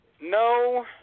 No